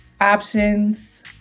options